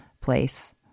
place